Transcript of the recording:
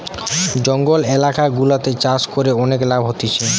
জঙ্গল এলাকা গুলাতে চাষ করে অনেক লাভ হতিছে